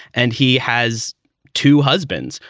and he has two husbands.